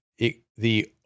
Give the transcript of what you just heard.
-the